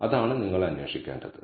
അതാണ് നിങ്ങൾ അന്വേഷിക്കുന്നത്